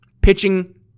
pitching